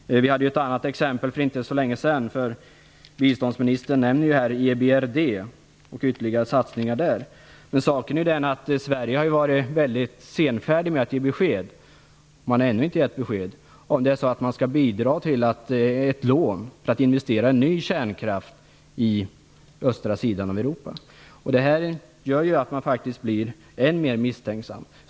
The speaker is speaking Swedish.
Vi hade ju ett annat exempel för inte så länge sedan. Biståndsministern nämner här EBRD och ytterligare satsningar där. Men saken är ju den att Sverige har varit mycket senfärdigt med att ge besked - man har ännu inte gett besked - om man skall bidra till ett lån för att investera i ny kärnkraft i östra Europa. Detta gör att man blir än mer misstänksam.